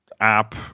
app